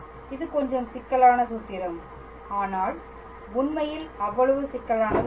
இது கொஞ்சம் சிக்கலான சூத்திரம் ஆனால் உண்மையில் அவ்வளவு சிக்கலானது அல்ல